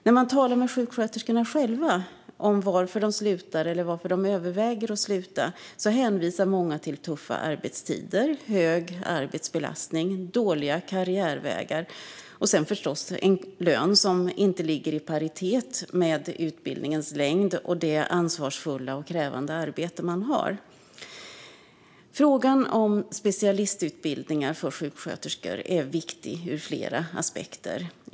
När man talar med sjuksköterskorna själva om varför de slutar eller varför de överväger att sluta hänvisar många till tuffa arbetstider, hög arbetsbelastning, dåliga karriärvägar och så förstås en lön som inte ligger i paritet med utbildningens längd och det ansvarsfulla och krävande arbete man har. Frågan om specialistutbildningar för sjuksköterskor är viktig ur flera aspekter.